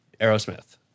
Aerosmith